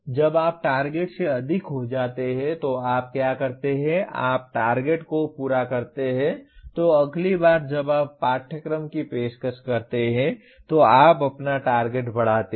जब आप टारगेट से अधिक हो जाते हैं तो आप क्या करते हैं या आप टारगेट को पूरा करते हैं तो अगली बार जब आप पाठ्यक्रम की पेशकश करते हैं तो आप अपना टारगेट बढ़ाते हैं